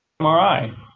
MRI